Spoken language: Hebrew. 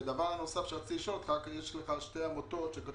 ודבר נוסף שרציתי לשאול אותך יש שתי עמותות שכתוב